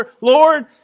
Lord